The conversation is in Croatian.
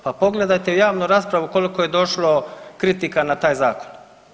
Pa pogledajte javnu raspravu koliko je došlo kritika na taj zakon.